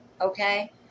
Okay